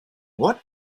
what